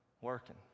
Working